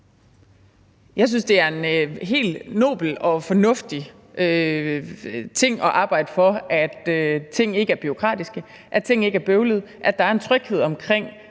Jeg synes, det er en helt nobel og fornuftig ting at arbejde for, at tingene ikke er bureaukratiske, at tingene ikke er bøvlede, at der er en tryghed omkring